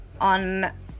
On